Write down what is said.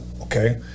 okay